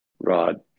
rod